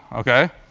ok?